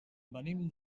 venim